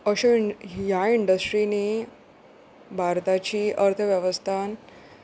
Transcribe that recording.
अश्यो ह्या इंडस्ट्रीनी भारताची अर्थवेवस्थान